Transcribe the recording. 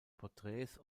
porträts